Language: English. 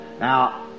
Now